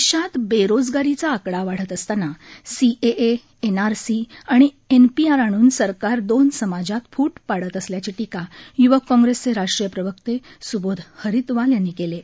देशात बेरोजगारीचा आकडा वाढत असताना सीएए एनआरसी आणि एनपीआर आणून सरकार दोन समाजात फ्ट पाडत असल्याची टीका य्वक काँग्रेसचे राष्ट्रीय प्रवक्ते स्बोध हरितवाल यांनी केली आहे